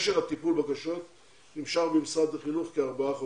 משך הטיפול בבקשות במשרד החינוך הוא כארבעה חודשים.